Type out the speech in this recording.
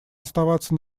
оставаться